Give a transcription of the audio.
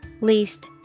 Least